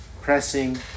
pressing